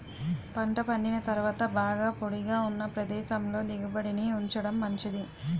పంట పండిన తరువాత బాగా పొడిగా ఉన్న ప్రదేశంలో దిగుబడిని ఉంచడం మంచిది